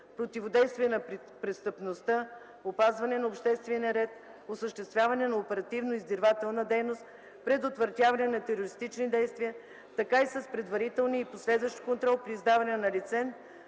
противодействие на престъпността, опазване на обществения ред, осъществяване на оперативноиздирвателна дейност, предотвратяване на терористични действия, така и с предварителния и последващ контрол при издаване на лиценз,